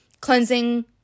cleansing